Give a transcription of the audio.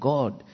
God